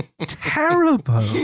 terrible